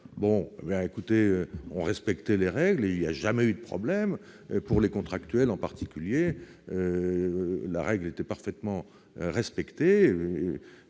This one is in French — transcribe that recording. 200 agents. Nous respections les règles et il n'y a jamais eu de problème ! Pour les contractuels, en particulier, la règle était parfaitement respectée.